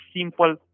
simple